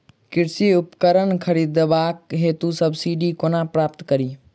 कृषि उपकरण खरीदबाक हेतु सब्सिडी कोना प्राप्त कड़ी?